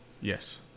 Yes